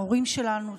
ההורים שלנו,